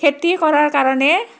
খেতি কৰাৰ কাৰণে